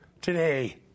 today